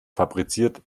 fabriziert